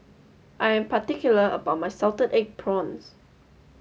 I am particular about my Salted Egg Prawns